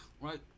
right